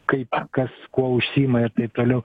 kaip kas kuo užsiima ir taip toliau